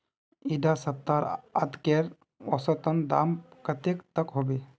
इडा सप्ताह अदरकेर औसतन दाम कतेक तक होबे?